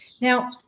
Now